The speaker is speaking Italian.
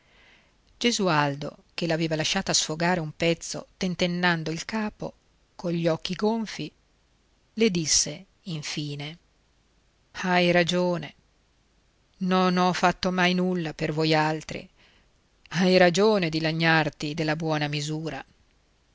gesualdo che l'aveva lasciata sfogare un pezzo tentennando il capo cogli occhi gonfi le disse infine hai ragione non ho fatto mai nulla per voialtri hai ragione di lagnarti della buona misura